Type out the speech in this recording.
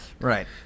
Right